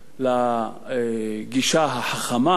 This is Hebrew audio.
לגישה החכמה,